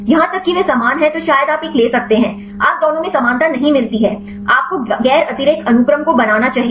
यहां तक कि वे समान हैं तो शायद आप एक ले सकते हैं आपको दोनों में समानता नहीं मिलती है आपको गैर अतिरेक अनुक्रम को बनाना चाहिए